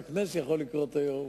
רק נס יכול לקרות היום,